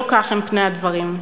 לא כך הם פני הדברים.